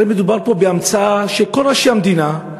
הרי מדובר פה בהמצאה שכל ראשי המדינה,